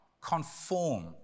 conform